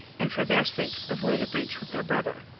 and for their sakes avoid a breach with their brother.